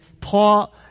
Paul